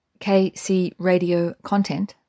kcradiocontent